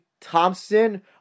Thompson